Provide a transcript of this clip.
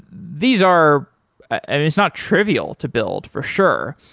these are and it's not trivial to build, for sure,